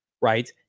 right